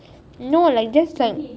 no like just